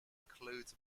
includes